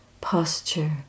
posture